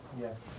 Yes